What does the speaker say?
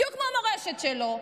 בדיוק כמו המורשת שלו.